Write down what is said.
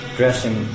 dressing